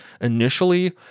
initially